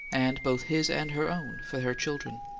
and both his and her own for her children.